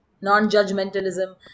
non-judgmentalism